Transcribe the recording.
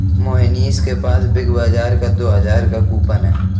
मोहनीश के पास बिग बाजार का दो हजार का कूपन है